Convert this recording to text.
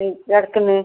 ചേർക്കുന്നു